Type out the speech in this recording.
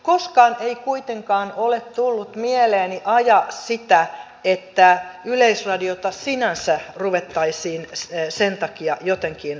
koskaan ei kuitenkaan ole tullut mieleeni ajaa sitä että yleisradiota sinänsä ruvettaisiin sen takia jotenkin kuristamaan